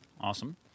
Awesome